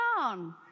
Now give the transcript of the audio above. on